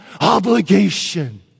obligation